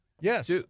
Yes